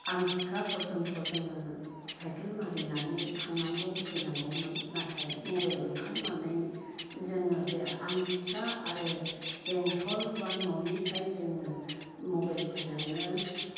आमथिखा फरजन्थ' जोङो साइकेल मारेनानै थांनांगौ फैनांगौमोन नाथाय मबेल ओंखारनानै जोङो बे आमथिखा आरो बेंटल बा न'निफ्राय जोङो मबेलफोरजोंनो